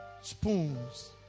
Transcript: spoons